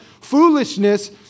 Foolishness